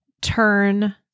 turn